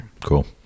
cool